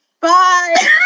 bye